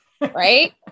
Right